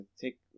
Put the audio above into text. Take